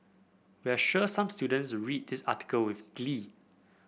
we're sure some students read this article with glee